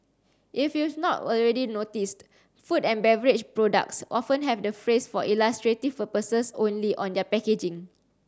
if you've not already noticed food and beverage products often have the phrase for illustrative purposes only on their packaging